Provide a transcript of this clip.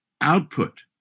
output